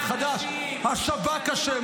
חדש, השב"כ אשם.